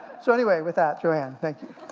so anyway with that, joanne, thank you.